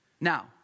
Now